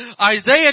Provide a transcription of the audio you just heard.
Isaiah